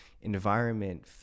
environment